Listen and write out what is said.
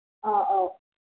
ꯑꯧ ꯑꯧ